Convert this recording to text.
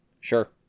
Sure